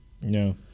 No